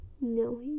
No